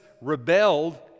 rebelled